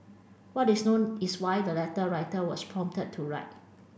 what is known is why the letter writer was prompted to write